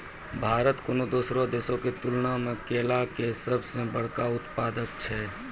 भारत कोनो दोसरो देशो के तुलना मे केला के सभ से बड़का उत्पादक छै